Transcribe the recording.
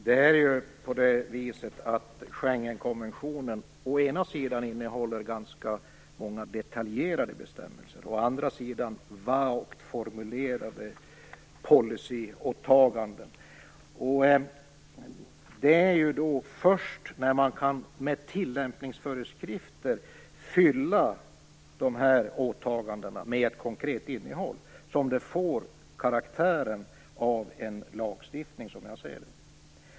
Fru talman! Schengenkonventionen innehåller å ena sidan ganska många detaljerade bestämmelser, å andra sidan vagt formulerade policyåtaganden. Det är, som jag ser det, först när man med tillämpningsföreskrifter kan fylla de här åtagandena med ett konkret innehåll som detta får karaktären av en lagstiftning.